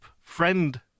friend